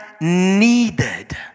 needed